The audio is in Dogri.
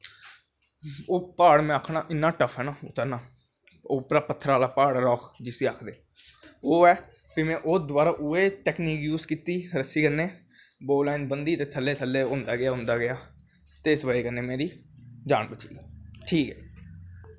ओह् प्हाड़ में आक्खा ना इन्नां टफ ऐ ना उत्तरनां उप्परा दा पत्थरा आह्ला प्हाड़ जिसी आखदे ओह् ऐ ओह् टैकनीक में यूज़ कीती रस्सी कन्नैं बोलैन ब'न्नी ते खल्ल होंदा गेआ होंदा गेआ ते ओह्दी बज़ह नै मेरी जान बची ठीक ऐ